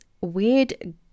weird